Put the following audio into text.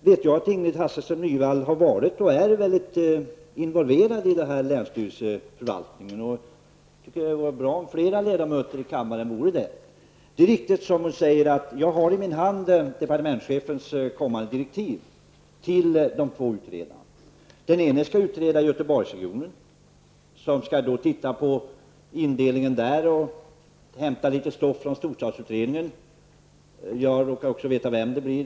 vet jag att Ingrid Hasselström Nyvall har varit, och är, mycket involverad i detta med länsstyrelseförvaltningen. Jag tycker att det vore bra om fler ledamöter i kammaren vore det. Det är riktigt som hon säger att jag i min hand har departementschefens kommande direktiv till de två utredarna. Den ena skall utreda Göteborgsregionen och titta på indelningen där samt hämta litet stoff från storstadsutredningen. Jag råkar också veta vem det blir.